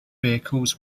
vehicles